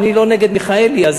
אני לא נגד מיכאלי,